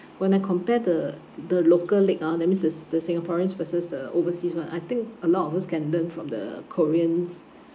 when I compare the the local leg ah that means the s~ the singaporeans versus the overseas [one] I think a lot of us can learn from the koreans